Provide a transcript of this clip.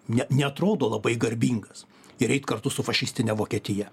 ne neatrodo labai garbingas ir eit kartu su fašistine vokietija